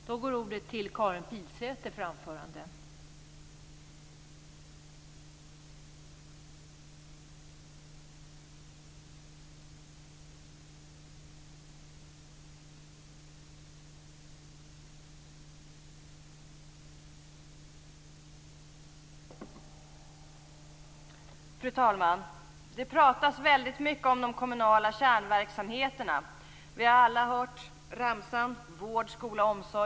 Fru talman! Det pratas väldigt mycket om de kommunala kärnverksamheterna. Vi har alla hört ramsan vård, skola och omsorg.